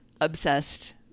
obsessed